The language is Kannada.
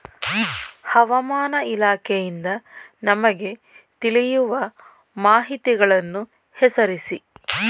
ಹವಾಮಾನ ಇಲಾಖೆಯಿಂದ ನಮಗೆ ತಿಳಿಯುವ ಮಾಹಿತಿಗಳನ್ನು ಹೆಸರಿಸಿ?